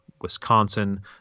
Wisconsin